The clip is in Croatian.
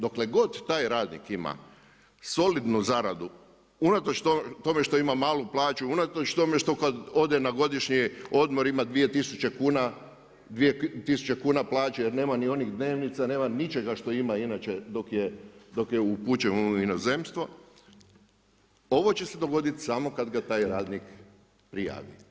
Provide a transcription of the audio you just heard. Dokle god taj radnik ima solidnu zaradu unatoč tome što ima malu plaću, unatoč tome što kad ode na godišnji odmor ima 2000 kuna plaće jer nema ni onih dnevnica, nema ničega što ima inače dok je upućen u inozemstvo ovo će se dogoditi samo kad ga taj radnik prijavi.